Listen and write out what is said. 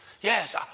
yes